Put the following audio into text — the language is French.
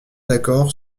d’accord